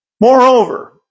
Moreover